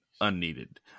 unneeded